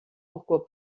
pourquoi